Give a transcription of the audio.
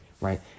right